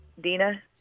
Dina